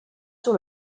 sur